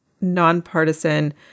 nonpartisan